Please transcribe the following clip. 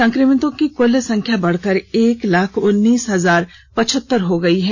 संक्रमितों की कल संख्या बढ़कर एक लाख उन्नीस हजार पचहतर हो गई है